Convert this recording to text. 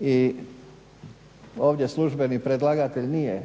i ovdje službeni predlagatelj nije